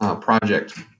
project